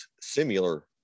similar